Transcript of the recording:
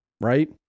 right